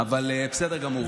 בסדר גמור.